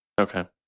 Okay